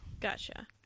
Gotcha